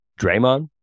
Draymond